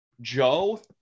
Joe